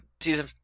season